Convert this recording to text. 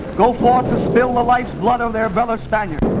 go forth to spill the lifeblood of their brother spaniards